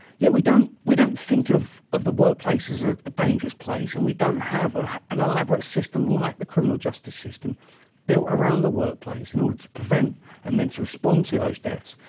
yet, we don't we don't think of of the workplace as a dangerous place. and we don't have ah an elaborate system like the criminal justice system built around the workplace in order to prevent and then to respond to those deaths.